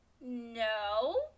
no